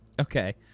Okay